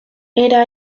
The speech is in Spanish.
era